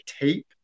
tape